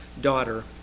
daughter